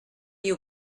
you